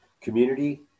community